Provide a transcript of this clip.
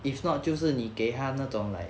if not 就是你给他那种 like